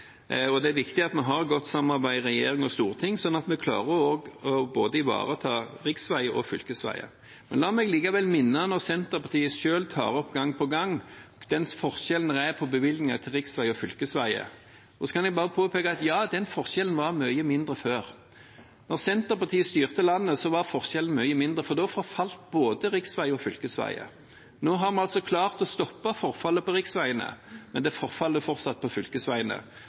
og det er viktig at vi har godt samarbeid i regjering og storting, sånn at vi klarer å ivareta både riksveier og fylkesveier. La meg allikevel minne om, når Senterpartiet selv gang på gang tar opp den forskjellen det er på bevilgninger til riksveier og fylkesveier: De kan bare påpeke at den forskjellen var mye mindre før. Da Senterpartiet styrte landet, var forskjellen mye mindre, for da forfalt både riksveier og fylkesveier. Nå har vi klart å stoppe forfallet på riksveiene, men det forfaller fortsatt på fylkesveiene.